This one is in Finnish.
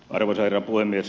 arvoisa herra puhemies